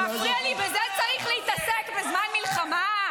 היו"ר ארז מלול: הם לא אזרחים?